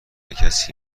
کسی